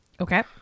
Okay